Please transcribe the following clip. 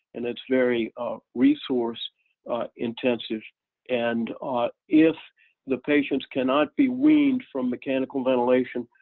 and it's very resource intensive and if the patient's cannot be weaned from mechanical ventilation,